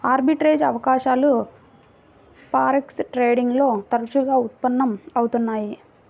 arbitrage అవకాశాలు forex trading లో తరచుగా ఉత్పన్నం అవుతున్నయ్యి